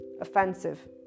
offensive